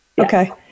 Okay